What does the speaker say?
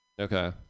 Okay